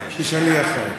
שליח האל.